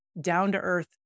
down-to-earth